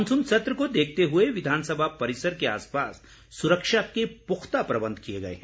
monsoon सत्र को देखते हुए विधानसभा परिसर के आसपास सुरक्षा के पुख्ता प्रबंध किए गए हैं